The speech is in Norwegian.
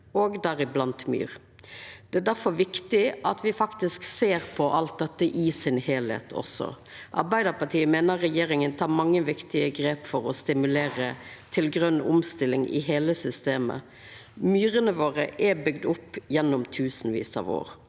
deriblant myr. Det er difor viktig at me også faktisk ser på alt dette i sin heilskap. Arbeidarpartiet meiner regjeringa tek mange viktige grep for å stimulera til grøn omstilling i heile systemet. Myrene våre er bygde opp gjennom tusenvis av år